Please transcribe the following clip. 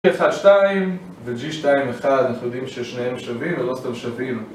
G1-2 ו-G2-1, אנחנו יודעים ששניהם שווים ולא סתם שווים